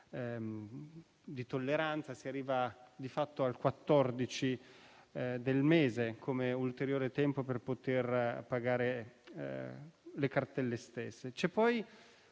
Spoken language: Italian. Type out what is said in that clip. di tolleranza - si arriva di fatto al 14 del mese come ulteriore tempo per poter pagare le cartelle stesse. C'è poi